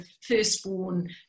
firstborn